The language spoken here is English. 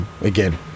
Again